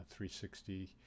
360